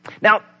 Now